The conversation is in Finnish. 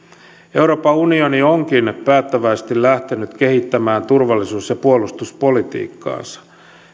euroopan unioni onkin päättäväisesti lähtenyt kehittämään turvallisuus ja puolustuspolitiikkaansa